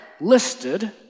listed